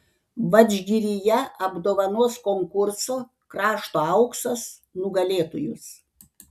vadžgiryje apdovanos konkurso krašto auksas nugalėtojus